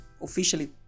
officially